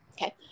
Okay